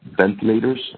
ventilators